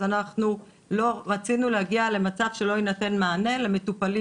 אז אנחנו לא רצינו להגיע למצב שלא יינתן מענה למטפלים